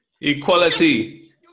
Equality